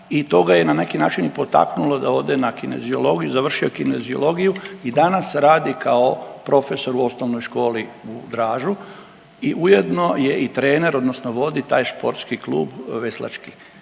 i to ga je na neki način i potaknulo da ode na kineziologiju, završio je kineziologiju i danas radi kao profesor u OŠ u Dražu i ujedno je i trenere odnosno vodi taj sportski klub veslački.